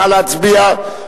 נא להצביע.